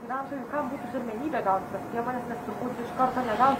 pirmiausia kam būtų pirmenybė gaut tas priemones nes turbūt iš karto negaus